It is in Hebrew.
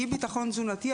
אי ביטחון תזונתי,